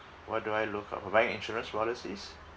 what do I look out for buying insurance policies